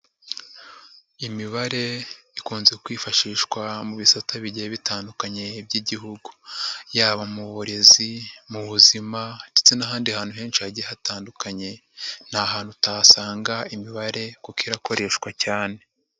Imibare ikunze kwifashishwa mu bisate bigiye bitandukanye by'Igihugu yaba mu burezi, mu buzima ndetse n'ahandi hantu henshi hagiye hatandukanye. Nta hantu utasanga imibare kuko irakoreshwa cyane.